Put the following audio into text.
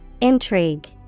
Intrigue